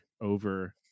Over